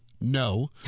no